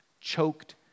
choked